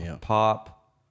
pop